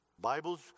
Bible's